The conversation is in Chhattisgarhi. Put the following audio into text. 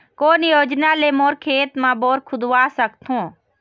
कोन योजना ले मोर खेत मा बोर खुदवा सकथों?